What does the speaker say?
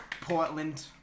Portland